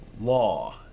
law